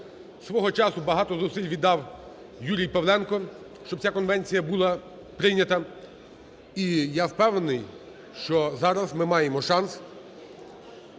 Свого часу багато зусиль віддав Юрій Павленко, щоб ця конвенція була прийнята. І я впевнений, що зараз ми маємо шанс